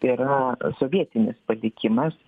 yra sovietinis padėkimas